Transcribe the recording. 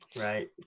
Right